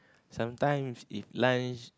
sometimes if lunch